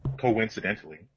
coincidentally